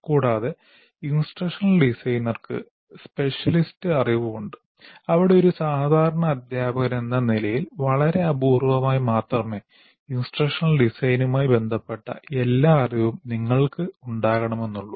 കൂടാതെ ഇൻസ്ട്രക്ഷണൽ ഡിസൈനർക്ക് സ്പെഷ്യലിസ്റ്റ് അറിവുണ്ട് അവിടെ ഒരു സാധാരണ അധ്യാപകനെന്ന നിലയിൽ വളരെ അപൂർവമായി മാത്രമേ ഇൻസ്ട്രക്ഷണൽ ഡിസൈനുമായി ബന്ധപ്പെട്ട എല്ലാ അറിവും നിങ്ങൾക് ഉണ്ടാകണമെന്നുള്ളൂ